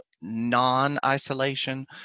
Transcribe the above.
non-isolation